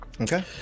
Okay